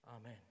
Amen